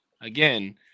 again